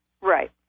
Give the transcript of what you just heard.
Right